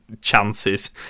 chances